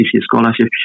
scholarship